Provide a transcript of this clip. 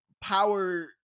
power